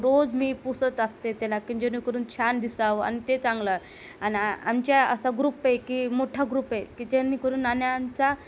रोज मी पुसत असते त्याला की जेणेकरून छान दिसावं आणि ते चांगलं आणि आमच्या असा ग्रुप आहे की मोठा ग्रुप आहे की जेणेकरून नाण्याचा